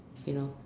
you know